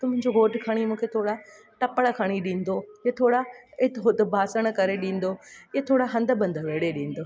त मुंहिंजो घोटु खणी मूंखे थोरा टपणु खणी ॾींदो या थोरा हिति हुते ॿासणु करे ॾींदो ऐं थोरा हंधु बंदि वेड़े ॾींदो